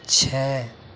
چھ